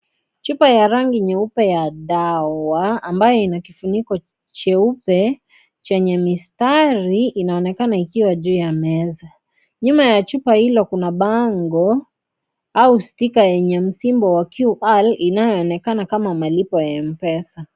Chupa ya rangi nyeupe ya dawa ,ambayo ina kifuniko cheupe chenye mistari ,inaonekana ikiwa juu ya meza . Nyuma ya chupa hicho kuna bango au sticker yenye msimbo ya QR , inayoonekana kama malipo ya Mpesa.